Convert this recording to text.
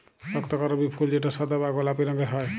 রক্তকরবী ফুল যেটা সাদা বা গোলাপি রঙের হ্যয়